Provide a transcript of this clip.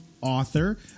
author